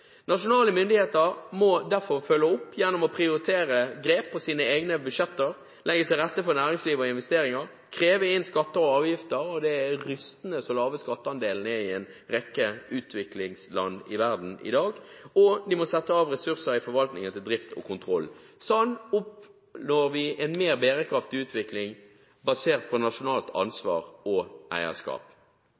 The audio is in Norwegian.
Nasjonale myndigheter må derfor følge opp gjennom å prioritere grep på sine egne budsjetter, legge til rette for næringslivet og investeringer, kreve inn skatter og avgifter – det er rystende hvor lav skatteandelen er i en rekke utviklingsland i verden i dag – og de må sette av ressurser i forvaltningen til drift og kontroll. Sånn oppnår vi en mer bærekraftig utvikling basert på nasjonalt ansvar og eierskap.